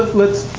let's